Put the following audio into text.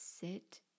Sit